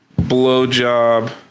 blowjob